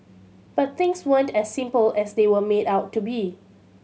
but things weren't as simple as they were made out to be